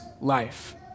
life